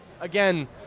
again